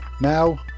Now